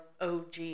OG